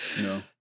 no